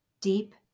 deep